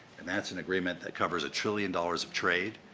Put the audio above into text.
and that's an agreement that covers a trillion dollars of trade,